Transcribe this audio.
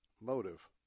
motive